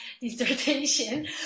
dissertation